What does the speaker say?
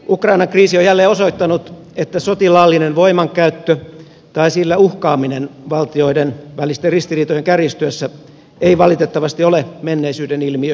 ukrainan kriisi on jälleen osoittanut että sotilaallinen voimankäyttö tai sillä uhkaaminen valtioiden välisten ristiriitojen kärjistyessä ei valitettavasti ole menneisyyden ilmiö euroopassakaan